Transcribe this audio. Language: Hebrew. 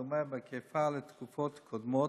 דומה בהיקפה לתקופות קודמות,